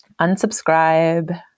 unsubscribe